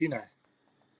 iné